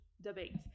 debate